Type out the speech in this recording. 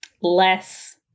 less